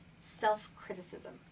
self-criticism